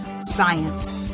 science